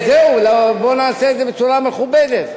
בוא נעשה את זה בצורה מכובדת.